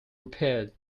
repaired